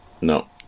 no